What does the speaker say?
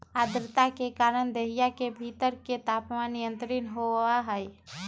आद्रता के कारण देहिया के भीतर के तापमान नियंत्रित होबा हई